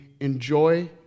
enjoy